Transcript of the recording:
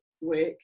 work